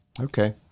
okay